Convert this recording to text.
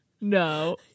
No